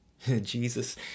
Jesus